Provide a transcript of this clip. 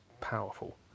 powerful